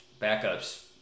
backups